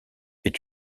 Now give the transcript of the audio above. est